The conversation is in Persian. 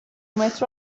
مترو